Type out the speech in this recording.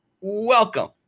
welcome